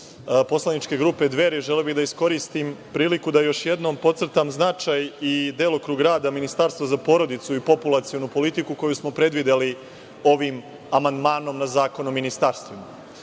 poslaničke grupe Dveri želeo bih da iskoristim priliku da još jednom pocrtam značaj i delokrug rada ministarstva za porodicu i populacionu politiku koju smo predvideli ovim amandmanom na Zakon o ministarstvima. Od